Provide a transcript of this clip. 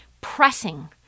pressing